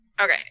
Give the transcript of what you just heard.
okay